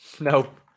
Nope